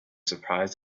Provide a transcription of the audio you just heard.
surprised